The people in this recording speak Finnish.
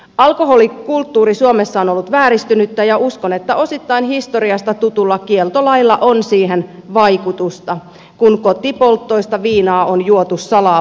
alkoholikulttuuri suomessa on ollut vääristynyttä ja uskon että osittain historiasta tutulla kieltolailla on siihen vaikutusta kun kotipolttoista viinaa on juotu salaa porstuan nurkassa